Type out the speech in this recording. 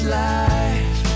life